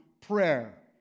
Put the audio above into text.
prayer